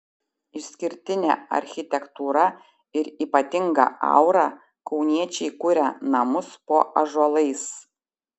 išskirtinė architektūra ir ypatinga aura kauniečiai kuria namus po ąžuolais